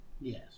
Yes